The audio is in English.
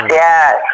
yes